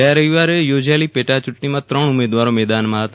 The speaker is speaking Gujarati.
ગયા રવિવારે યોજાયેલી પેટાયુટણીમાં ત્રણ ઉમેદવારો મેદાનમાં હતા